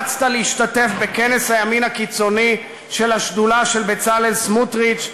רצת להשתתף בכנס הימין הקיצוני של השדולה של בצלאל סמוטריץ,